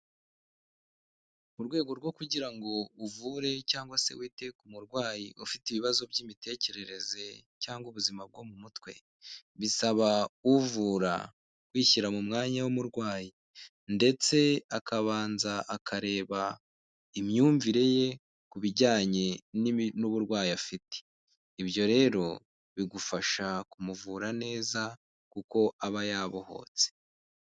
Mu rwego rwo kugira ngo uvure cyangwa se wite ku murwayi ufite ibibazo by'imitekerereze cyangwa ubuzima bwo mu mutwe, bisaba uvura wishyira mu mwanya w'umurwayi ndetse akabanza akareba imyumvire ye, ku bijyanye n'uburwayi afite, ibyo rero bigufasha kumuvura neza kuko aba yabohotse.